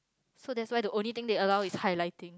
so that's why the only thing they allow is highlighting